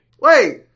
Wait